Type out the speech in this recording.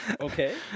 Okay